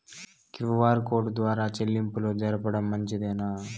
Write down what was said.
QR code ద్వారా చెల్లింపులు జరపడం మంచిదేనా?